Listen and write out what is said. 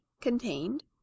contained